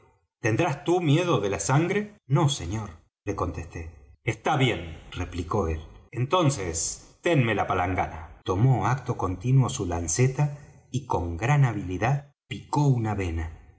tendrás tú miedo de la sangre no señor le contesté está bien replicó él entonces ténme la palangana tomó acto continuo su lanceta y con gran habilidad picó una vena